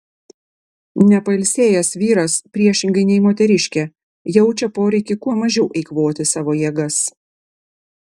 nepailsėjęs vyras priešingai nei moteriškė jaučia poreikį kuo mažiau eikvoti savo jėgas